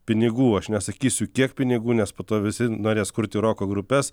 pinigų aš nesakysiu kiek pinigų nes po to visi norės kurti roko grupes